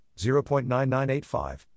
0.9985